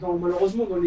malheureusement